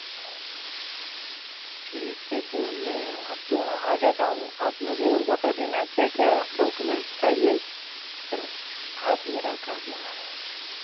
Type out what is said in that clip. ठीक है तो मैं आपके वहाँ आ जाता हूँ आप मुझे और बता देना क्या क्या डॉक्यूमेंट चाहिए फिर आप मेरा कर देना